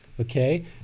okay